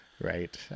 Right